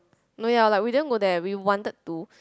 no ya like we didn't go there we wanted to